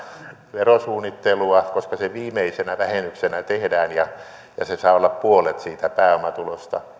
verosuunnittelua koska se viimeisenä vähennyksenä tehdään ja se saa olla enintään puolet siitä pääomatulosta